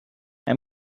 i’m